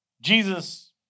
Jesus